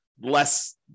less